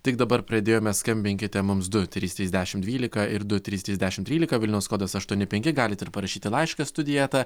tik dabar pradėjome skambinkite mums du trys trys dešimt dvylika ir du trys trys dešimt trylika vilniaus kodas aštuoni penki galit ir parašyti laiške studija eta